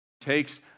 takes